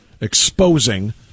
exposing